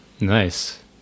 Nice